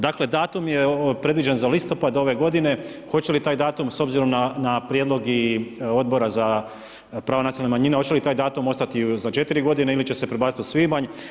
Dakle, datum je predviđen za listopad ove godine, hoće li taj datum s obzirom na prijedlog i Odbora za pravo nacionalne manjine, hoće li taj datum ostati za 4 godine ili će se prebaciti u svibanj?